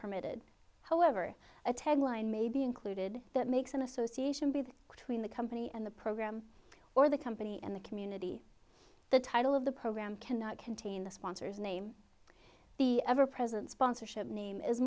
permitted however a ten line may be included that makes in association with between the company and the program or the company and the community the title of the program cannot contain the sponsors name the ever present sponsorship name is